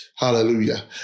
Hallelujah